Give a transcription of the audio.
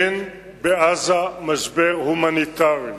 אין בעזה משבר הומניטרי.